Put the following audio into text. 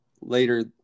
later